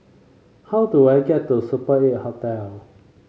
how do I get to Super Eight Hotel